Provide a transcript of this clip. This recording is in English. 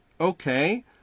Okay